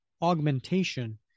augmentation